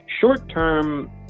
Short-term